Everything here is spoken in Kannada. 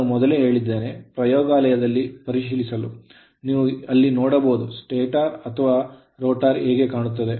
ನಾನು ಮೊದಲೇ ಹೇಳಿದ್ದೇನೆ ಪ್ರಯೋಗಾಲಯದಲ್ಲಿ ಪರಿಶೀಲಿಸಲು ನೀವು ಎಲ್ಲ ನೋಡಬಹುದು stator ಅಥವಾ rotor ಹೇಗೆ ಕಾಣುತ್ತದೆ